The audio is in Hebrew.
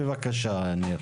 בבקשה ניר.